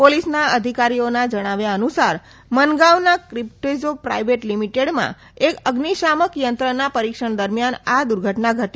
પોલીસના અધિકારીના જણાવ્યા અનુસાર મનગાંવના ક્રિપ્ટઝો પ્રાઇવેટ લીમીટેડમાં એક અઝિશામક યંત્રના પરીક્ષણ દરમિયાન આ દુર્ધટના ઘટી